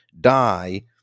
die